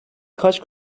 kaç